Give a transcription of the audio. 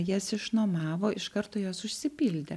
jas išnuomavo iš karto jos užsipildė